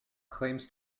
claims